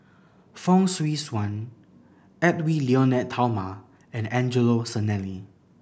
Fong Swee Suan Edwy Lyonet Talma and Angelo Sanelli